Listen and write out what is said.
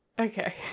Okay